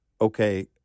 okay